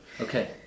Okay